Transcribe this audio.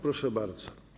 Proszę bardzo.